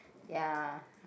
ya